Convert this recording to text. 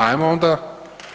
Ajmo onda